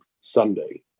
Sunday